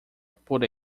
por